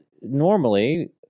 normally